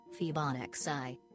Fibonacci